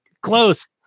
Close